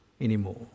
anymore